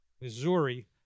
Missouri